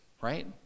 Right